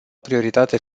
prioritate